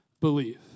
believe